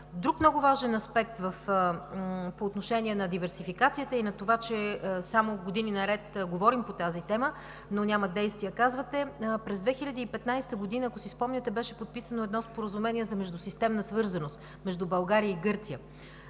Друг много важен аспект по отношение на диверсификацията и на това, че години наред само говорим по тази тема, но казвате, че няма действие. През 2015 г., ако си спомняте, беше подписано едно Споразумение за междусистемна свързаност между България и Гърция